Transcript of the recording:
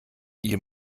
ihr